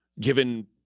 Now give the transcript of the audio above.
given